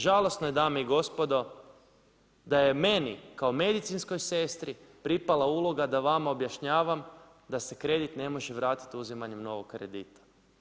Žalosno je dame i gospodo, da je meni kao medicinskoj sestri pripada uloga da vama objašnjavam, da se kredit ne može vratiti uzimanjem novog kredita.